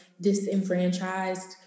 disenfranchised